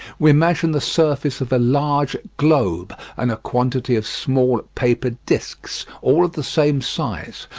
we imagine the surface of a large globe and a quantity of small paper discs, all of the same size.